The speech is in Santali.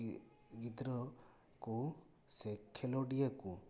ᱜᱤᱫᱽᱨᱟᱹ ᱠᱚ ᱥᱮ ᱠᱷᱮᱞᱳᱰᱤᱭᱟᱹ ᱠᱚ